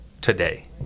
today